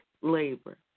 labor